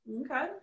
Okay